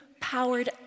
powered